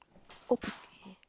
okay